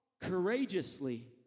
courageously